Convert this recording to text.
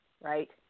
right